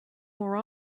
more